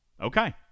Okay